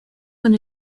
con